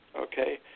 okay